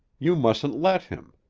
you mustn't let him.